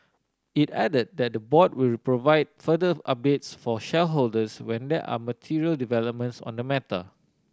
it added that the board will provide further updates for shareholders when there are material developments on the matter